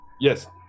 Yes